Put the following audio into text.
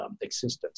existence